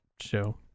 show